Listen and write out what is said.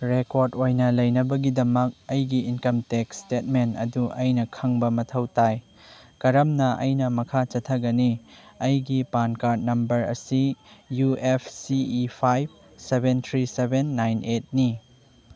record ꯑꯣꯏꯅ ꯂꯩꯅꯕꯒꯤꯗꯃꯛ ꯑꯩꯒꯤ ꯏꯟꯀꯝ ꯇꯦꯛꯁ ꯁ꯭ꯇꯦꯠꯃꯦꯟ ꯑꯗꯨ ꯑꯩꯅ ꯈꯪꯕ ꯃꯊꯧ ꯇꯥꯏ ꯀꯔꯝꯅ ꯑꯩꯅ ꯃꯈꯥ ꯆꯠꯊꯒꯅꯤ ꯑꯩꯒꯤ ꯄꯥꯟ ꯀꯥꯔꯠ ꯅꯝꯕꯔ ꯑꯁꯤ U F C E five seven three seven nine ꯑꯩꯠꯅꯤ